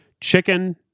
Chicken